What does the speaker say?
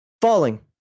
Falling